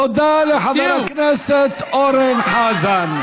תודה לחבר הכנסת אורן חזן.